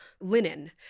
linen